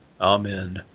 Amen